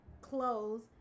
clothes